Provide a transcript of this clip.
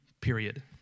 period